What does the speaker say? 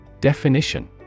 Definition